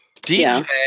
DJ